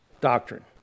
doctrine